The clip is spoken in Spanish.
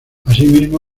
asimismo